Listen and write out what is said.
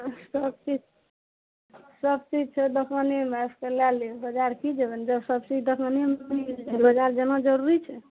तऽ सब चीज सब चीज छै दोकानेमे आबि कए लए ले बजार की जेबनि जब सब चीज दोकानेमे छै तऽ बजार जाना जरूरी छै